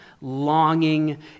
longing